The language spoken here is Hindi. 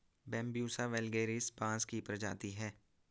बैम्ब्यूसा वैलगेरिस बाँस की प्रजाति है